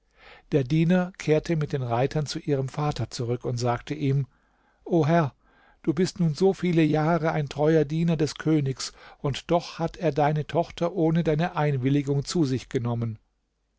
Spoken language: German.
der diener kehrte mit den reitern zu ihrem vater zurück und sagte ihm o herr du bist nun so viele jahre ein treuer diener des königs und doch hat er deine tochter ohne deine einwilligung zu sich genommen